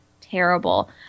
terrible